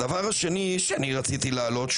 הדבר השני שרציתי לעלות,